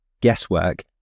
guesswork